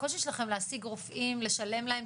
הקושי שלכם להשיג רופאים, לשלם להם?